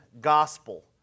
gospel